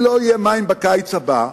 אם לא יהיו מים בקיץ הבא,